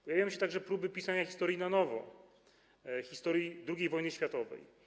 Pojawiają się także próby pisania historii na nowo, historii II wojny światowej.